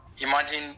imagine